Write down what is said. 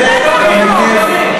איזה עזות מצח זאת.